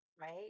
right